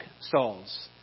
Saul's